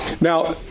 Now